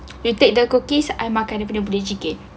you take the cookies I makan dia punya biji grain